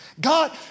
God